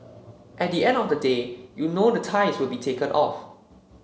at the end of the day you know the ties will be taken off